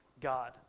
God